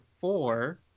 four